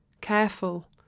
Careful